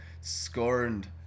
scorned